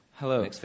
Hello